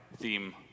theme